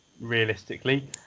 realistically